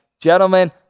Gentlemen